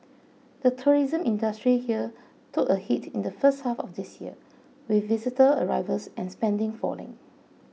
the tourism industry here took a hit in the first half of this year with visitor arrivals and spending falling